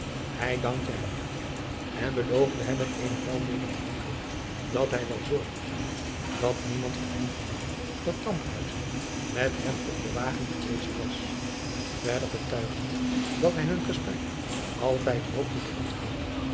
hij dankte hem hartelijk en beloofde hem met eenen welmeenenden handdruk dat hij wel zorgen zou dat niemand van hem vernam dat kamphuyzen met hem op den wagen geweest was verder betuigende dat hij hun gesprek altijd hoopte te onthouden